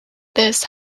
this